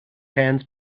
hands